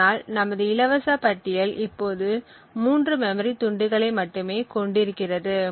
அதனால் நமது இலவச பட்டியல் இப்போது மூன்று மெமரி துண்டுகளை மட்டுமே கொண்டிருக்கிறது